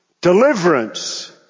Deliverance